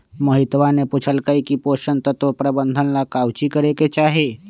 मोहितवा ने पूछल कई की पोषण तत्व प्रबंधन ला काउची करे के चाहि?